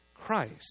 Christ